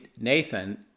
Nathan